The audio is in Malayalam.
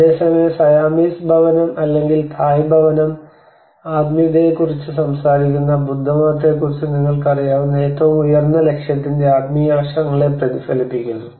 അതേസമയം സയാമീസ് ഭവനം അല്ലെങ്കിൽ തായ് ഭവനം ആത്മീയതയെക്കുറിച്ച് സംസാരിക്കുന്ന ബുദ്ധമതത്തെക്കുറിച്ച് നിങ്ങൾക്കറിയാവുന്ന ഏറ്റവും ഉയർന്ന ലക്ഷ്യത്തിന്റെ ആത്മീയ വശങ്ങളെ പ്രതിഫലിപ്പിക്കുന്നു